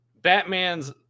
Batman's